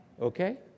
okay